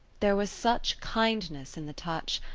there was such kindness in the touch,